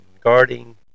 guarding